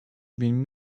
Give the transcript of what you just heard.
been